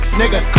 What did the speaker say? nigga